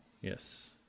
Yes